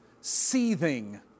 seething